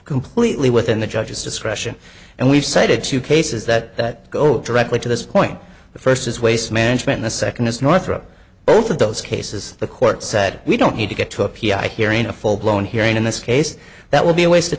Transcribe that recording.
completely within the judge's discretion and we've cited two cases that go directly to this point the first is waste management the second is northrup both of those cases the court said we don't need to get to a p r hearing a full blown hearing in this case that would be a waste of